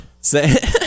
say